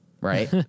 Right